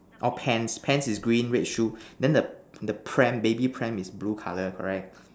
oh pants pants is green red shoe then the the pram baby pram is blue colour correct